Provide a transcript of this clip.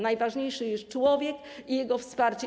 Najważniejszy jest człowiek i jego wsparcie.